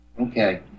Okay